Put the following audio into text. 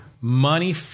money